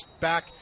back